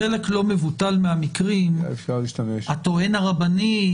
בחלק לא מבוטל מהמקרים הטוען הרבני,